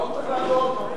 מה הוא צריך לענות?